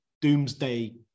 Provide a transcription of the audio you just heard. doomsday